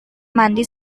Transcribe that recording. mandi